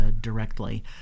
directly